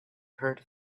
heard